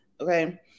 Okay